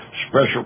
special